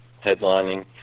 headlining